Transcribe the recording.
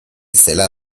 zela